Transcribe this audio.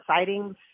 sightings